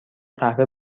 قهوه